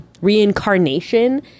reincarnation